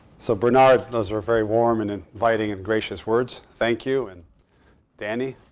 so bernard, those are very warm, and inviting, and gracious words. thank you, and danny,